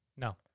No